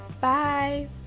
bye